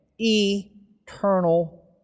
eternal